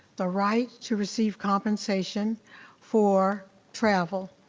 the right to receive compensation for travel,